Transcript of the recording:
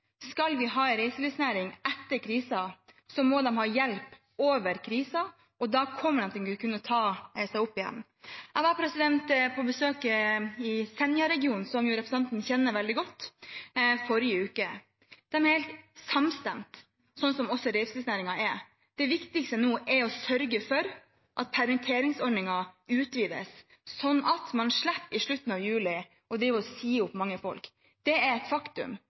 Skal vi ha en reiselivsnæring etter krisen, må de ha hjelp over krisen, og da kommer de til å kunne ta seg opp igjen. Jeg var på besøk i Senja-regionen, som representanten jo kjenner veldig godt, i forrige uke. De er helt samstemte, som reiselivsnæringen også er, om at det viktigste nå er å sørge for at permitteringsordningen utvides, sånn at man slipper å si opp mange folk i slutten av juli. Det er et faktum. Jeg spør igjen: Er det